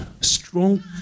strong